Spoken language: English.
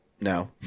No